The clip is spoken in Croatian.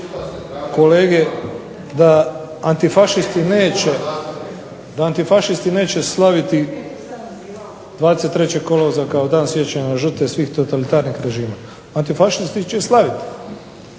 da antifašisti neće slaviti 23. kolovoza kao Dan sjećanja na žrtve svih totalitarnih režima. Antifašisti će slaviti,